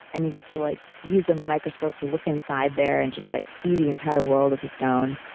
and you get to, like, use a microscope to look inside there and just, like, see the entire world of the stone.